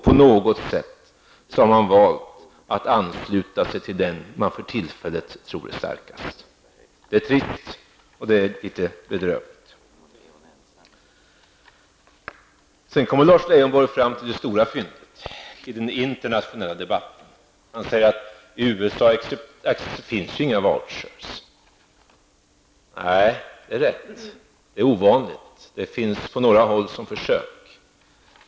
På något sätt har man valt att ansluta sig till den som man för tillfället tror är starkast, och det är trist och litet bedrövligt. Så kommer Lars Leijonborg fram till det stora fyndet i den internationella debatten. Han säger nämligen att det inte finns några ''vouchers'' i USA. Nej, det gör det inte, så där har Lars Leijonborg rätt. Det är i varje fall ovanligt med sådana. Man har sådana på några håll på försök.